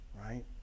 right